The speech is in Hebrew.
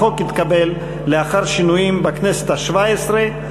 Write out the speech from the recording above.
החוק התקבל לאחר שינויים בכנסת השבע-עשרה,